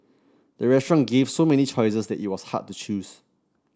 the restaurant gave so many choices that it was hard to choose